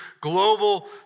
global